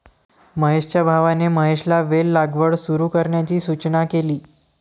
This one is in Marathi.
महेशच्या भावाने महेशला वेल लागवड सुरू करण्याची सूचना केली